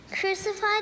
crucified